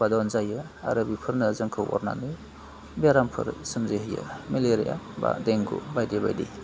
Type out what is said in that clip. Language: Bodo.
उफादन जायो आरो बेफोरनो जोंखौ अरनानै बेरामफोर सोमजिहोयो मेलेरिया बा डेंगु बायदि बायदि